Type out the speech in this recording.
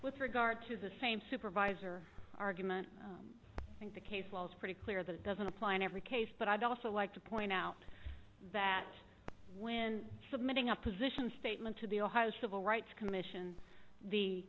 with regard to the same supervisor argument i think the case was pretty clear that it doesn't apply in every case but i'd also like to point out that when submitting a position statement to the ohio civil rights commission the